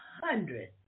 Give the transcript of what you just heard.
hundred